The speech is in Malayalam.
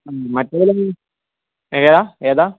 മറ്റേതല്ലെങ്കിൽ ഏതാണ്